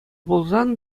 пулсан